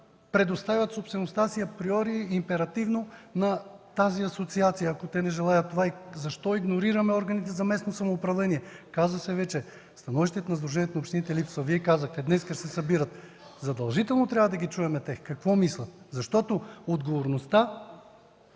предоставят собствеността си априори и императивно на тази асоциация, ако те не желаят това?! Защо игнорираме органите за местно самоуправление? Бе казано, че липсва становище на Сдружението на общините. Вие казахте: „Днес се събират”. Задължително трябва да чуем какво мислят те. Защото отговорността